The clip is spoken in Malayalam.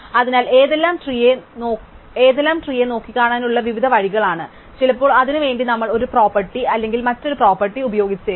അതിനാൽ ഏതെല്ലാം ട്രീ യെ നോക്കികാണാനുള്ള വിവിധ വഴികളാണ് ചിലപ്പോൾ അതിനുവേണ്ടി നമ്മൾ ഒരു പ്രോപ്പർട്ടി അല്ലെങ്കിൽ മറ്റൊരു പ്രോപ്പർട്ടി ഉപയോഗിച്ചേക്കാം